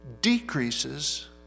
decreases